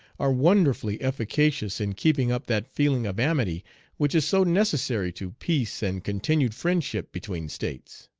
are wonderfully efficacious in keeping up that feeling of amity which is so necessary to peace and continued friendship between states.